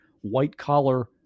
white-collar